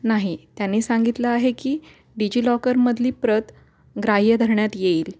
नाही त्याने सांगितलं आहे की डिजिलॉकरमधली प्रत ग्राह्य धरण्यात येईल